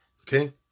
Okay